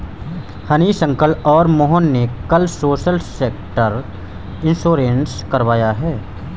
Hanish uncle और मोहन ने कल सोशल सेक्टर इंश्योरेंस करवाया है